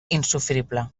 insofrible